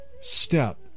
step